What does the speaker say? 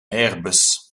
airbus